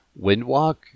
Windwalk